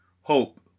Hope